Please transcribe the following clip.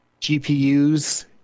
GPUs